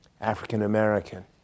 African-American